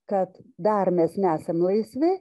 kad dar mes nesam laisvi